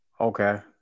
Okay